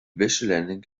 wäscheleinen